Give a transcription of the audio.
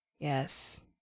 Yes